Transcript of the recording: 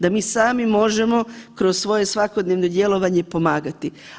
Da mi sami možemo kroz svoje svakodnevno djelovanje pomagati.